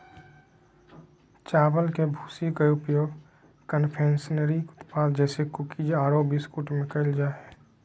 चावल के भूसी के उपयोग कन्फेक्शनरी उत्पाद जैसे कुकीज आरो बिस्कुट में कइल जा है